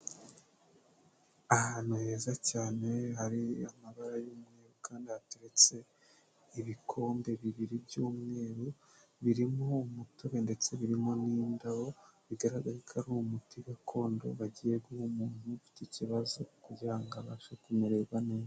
Ahantu heza cyane hari amabara y'umweru kandi hateretse ibikombe bibiri by'umweru birimo umutobe ndetse birimo n'indabo, bigaragara ko ari umuti gakondo bagiye guha umuntu ufite ikibazo kugirango ngo abashe kumererwa neza.